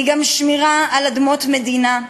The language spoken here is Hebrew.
היא גם שמירה על אדמות מדינה,